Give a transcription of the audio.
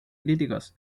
críticos